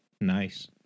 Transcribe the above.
Nice